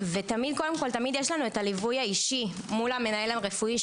ותמיד יש לנו הליווי האישי מול המנהל הרפואי.